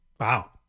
Wow